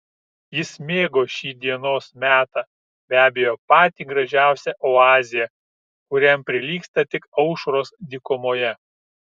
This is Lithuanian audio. jis mėgo šį dienos metą be abejo patį gražiausią oazėje kuriam prilygsta tik aušros dykumoje